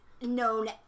known